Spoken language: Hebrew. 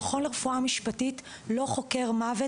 המכון לרפואה משפטית לא חוקר מוות,